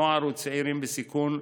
נוער וצעירים בסיכון,